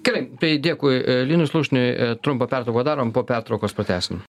gerai tai dėkui linui slušniui trumpą pertrauką darom po pertraukos pratęsim